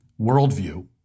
worldview